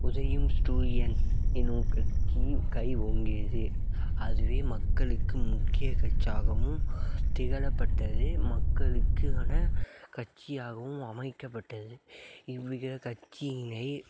உதயும் சூரியன் என்னும் கட்சி கை ஓங்கியது அதுவே மக்களுக்கு முக்கிய கட்சியாகவும் திகழப்பட்டது மக்களுக்கான கட்சியாகவும் அமைக்கப்பட்டது இவ்வித கட்சியினை